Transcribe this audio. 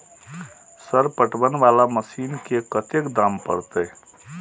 Sir पटवन वाला मशीन के कतेक दाम परतें?